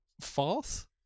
false